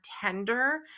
tender